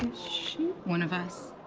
she one of us?